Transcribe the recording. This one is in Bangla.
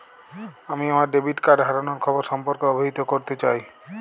আমি আমার ডেবিট কার্ড হারানোর খবর সম্পর্কে অবহিত করতে চাই